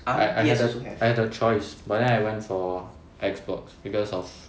I I had a choice but then I went for Xbox because of